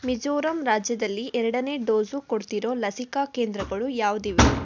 ಮಿಜೋರಂ ರಾಜ್ಯದಲ್ಲಿ ಎರಡನೆ ಡೋಝು ಕೊಡ್ತಿರೊ ಲಸಿಕಾ ಕೇಂದ್ರಗಳು ಯಾವುದಿವೆ